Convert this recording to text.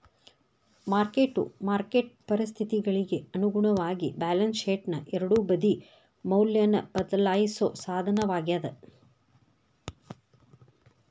mark to market ಪರಿಸ್ಥಿತಿಗಳಿಗಿ ಅನುಗುಣವಾಗಿ balance ಶೇಟ್ನ ಎರಡೂ ಬದಿ ಮೌಲ್ಯನ ಬದ್ಲಾಯಿಸೋ ಸಾಧನವಾಗ್ಯಾದ